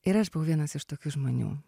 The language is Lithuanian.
ir aš buvau vienas iš tokių žmonių